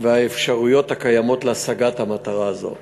והאפשרויות הקיימות להשגת מטרה זו.